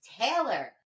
Taylor